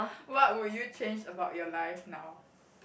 what would you change about your life now